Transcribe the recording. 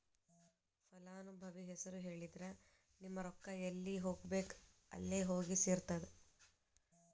ಫಲಾನುಭವಿ ಹೆಸರು ಹೇಳಿದ್ರ ನಿಮ್ಮ ರೊಕ್ಕಾ ಎಲ್ಲಿ ಹೋಗಬೇಕ್ ಅಲ್ಲೆ ಹೋಗಿ ಸೆರ್ತದ